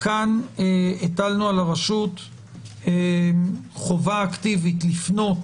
פה הטלנו על הרשות חובה אקטיבית לפנות,